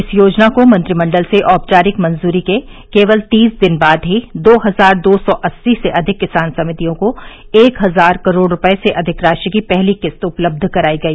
इस योजना को मंत्रिमंडल से औपचारिक मंजूरी के केवल तीस दिन बाद ही दो हजार दो सौ अस्सी से अधिक किसान समितियों को एक हजार करोड़ रूपये से अधिक राशि की पहली किस्त उपलब्ध कराई गई